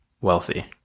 Wealthy